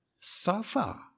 suffer